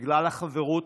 בגלל החברות,